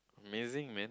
amazing man